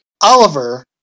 Oliver